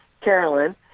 Carolyn